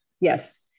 Yes